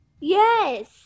yes